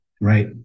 right